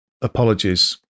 apologies